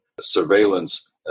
surveillance